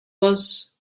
was